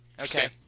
Okay